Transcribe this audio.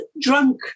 drunk